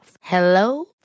Hello